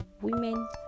women